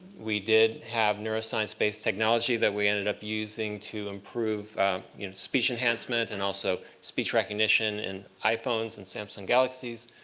we did have neuroscience-based technology that we ended up using to improve you know speech enhancement and also speech recognition in iphones and samsung galaxies.